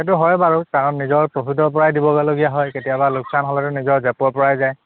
সেইটো হয় বাৰু কাৰণ নিজৰ প্ৰফিটৰ পৰাই দিবগলগীয়া হয় কেতিয়াবা লোকচান হ'লেতো নিজৰ জেপৰপৰাই যায়